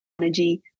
energy